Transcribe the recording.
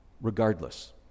Regardless